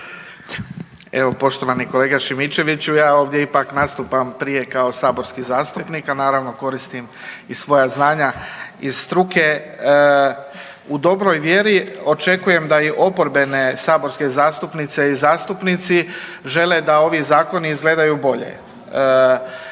Evo poštovani kolega Šimičeviću, ja ovdje ipak nastupam prije kao saborski zastupnik, a naravno koristim i svoja znanja iz struke. U dobroj vjeri očekujem da i oporbene saborske zastupnice i zastupnici žele da ovi zakoni izgledaju bolje.